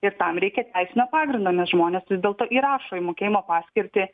ir tam reikia teisinio pagrindo nes žmonės vis dėlto įrašo į mokėjimo paskirtį